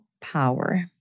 power